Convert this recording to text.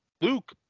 Luke